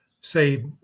say